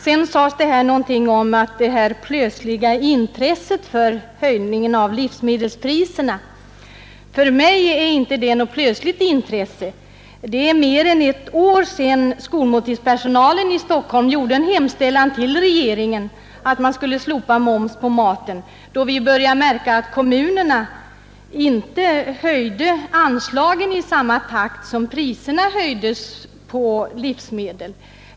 Man har i debatten talat om det plötsliga intresset för höjningen av livsmedelspriserna. För mig är inte det något plötsligt intresse. Det är mer än ett år sedan skolmåltidspersonalen i Stockholm gjorde en hemställan till regeringen att slopa moms på maten, eftersom man märkte att kommunerna inte höjde anslagen i samma takt som priserna höjdes på livsmedel.